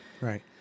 Right